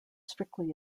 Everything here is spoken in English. strictly